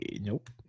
nope